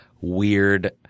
weird